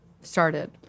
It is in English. started